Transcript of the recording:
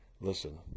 listen